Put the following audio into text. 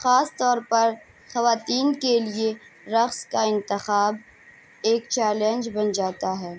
خاص طور پر خواتین کے لیے رقص کا انتخاب ایک چیلنج بن جاتا ہے